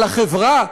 על החברה,